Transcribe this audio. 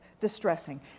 distressing